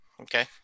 Okay